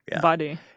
body